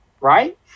right